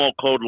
code